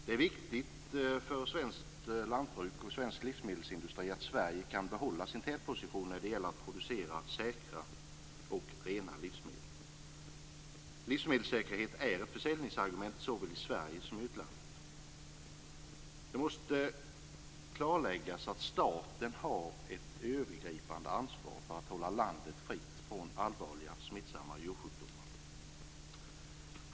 Det är viktigt för svenskt lantbruk och svensk livsmedelsindustri att Sverige kan behålla sin tätposition när det gäller att producera säkra och rena livsmedel. Livsmedelssäkerhet är ett försäljningsargument såväl i Sverige som i utlandet. Det måste klarläggas att staten har ett övergripande ansvar för att hålla landet fritt från allvarliga smittsamma djursjukdomar.